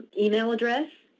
email address.